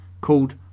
called